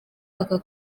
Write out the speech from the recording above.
aka